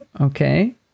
Okay